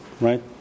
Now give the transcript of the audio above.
right